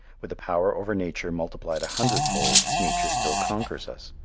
with a power over nature multiplied a hundred fold, nature still conquers us.